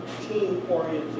team-oriented